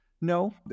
No